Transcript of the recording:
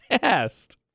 fast